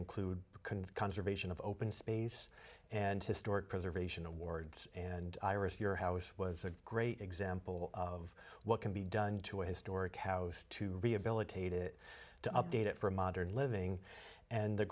include conservation of open space and historic preservation awards and iris your house was a great example of what can be done to a historic house to rehabilitate it to update it for modern living and the